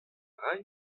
ray